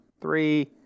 Three